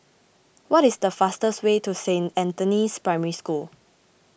what is the fastest way to Saint Anthony's Primary School